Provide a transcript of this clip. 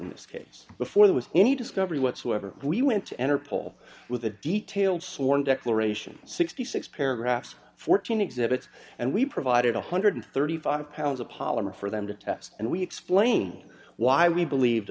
in this case before there was any discovery whatsoever we went to enter poll with a detailed sworn declaration sixty six paragraphs fourteen exhibits and we provided one hundred and thirty five pounds of polymer for them to test and we explain why we believed